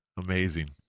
amazing